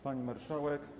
Pani Marszałek!